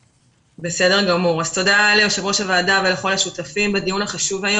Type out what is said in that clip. תודה ליושב-ראש הוועדה ולכל השותפים בדיון החשוב הזה.